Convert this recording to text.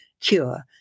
cure